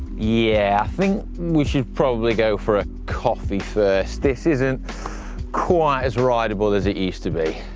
yeah, i think we should probably go for a coffee first. this isn't quite as rideable as it used to be.